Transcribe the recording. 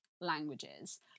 languages